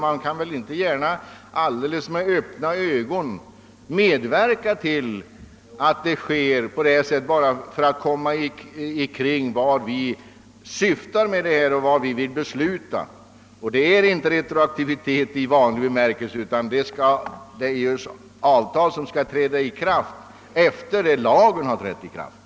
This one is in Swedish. Man kan ju inte med öppna ögon medverka till att detta missbruk får förekomma i syfte att kringgå vad vi åsyftar och vill besluta om. Det gäller inte retroaktivitet i vanlig bemärkelse, utan det rör sig om avtal som skall träda i kraft efter lagens ikraftträdande.